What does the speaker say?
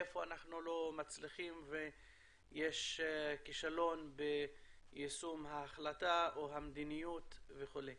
איפה אנחנו לא מצליחים ויש כישלון ביישום ההחלטה או המדיניות וכו'.